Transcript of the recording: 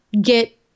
get